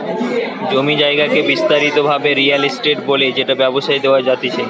জমি জায়গাকে বিস্তারিত ভাবে রিয়েল এস্টেট বলে যেটা ব্যবসায় দেওয়া জাতিচে